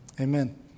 Amen